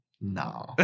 No